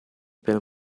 per